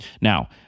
Now